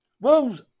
Wolves